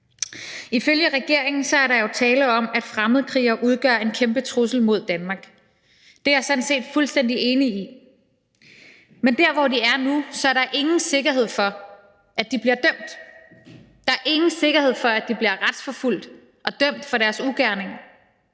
Ifølge regeringen er der jo tale om, at fremmedkrigere udgør en kæmpe trussel mod Danmark. Det er jeg sådan set fuldstændig enig i. Men der, hvor de er nu, er der ingen sikkerhed for, at de bliver dømt; der er ingen sikkerhed for, at de bliver retsforfulgt og dømt for deres ugerninger.